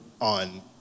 on